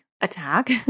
attack